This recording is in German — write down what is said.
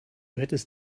hättest